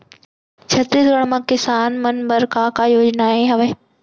छत्तीसगढ़ म किसान मन बर का का योजनाएं हवय?